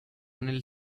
nel